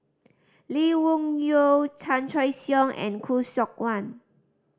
Lee Wung Yew Chan Choy Siong and Khoo Seok Wan